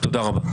תודה רבה.